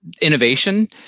innovation